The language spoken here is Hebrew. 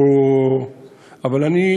אבל אני,